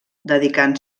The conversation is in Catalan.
dedicant